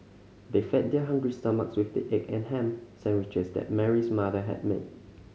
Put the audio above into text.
they fed their hungry stomachs with the egg and ham sandwiches that Mary's mother had made